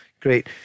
great